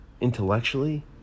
intellectually